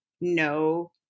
no